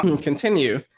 continue